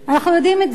אנחנו יודעים את זה.